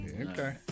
Okay